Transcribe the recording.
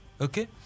okay